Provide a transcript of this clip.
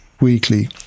weekly